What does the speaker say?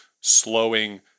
slowing